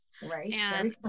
right